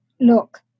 look